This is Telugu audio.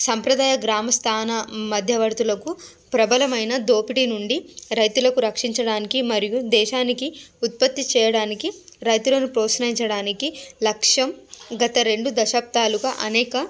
సంప్రదాయ గ్రామ స్థాన మధ్యవర్తులకు ప్రభలమైన దోపిడీ నుండి రైతులకు రక్షించడానికి మరియు దేశానికి ఉత్పత్తి చేయడానికి రైతులను ప్రోత్సహించడానికి లక్ష్యం గత రెండు దశాబ్దాలుగా అనేక